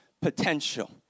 potential